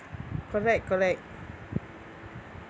correct correct